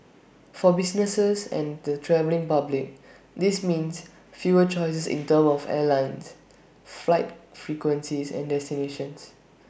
for businesses and the travelling public this means fewer choices in terms of airlines flight frequencies and destinations